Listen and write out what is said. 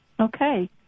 Okay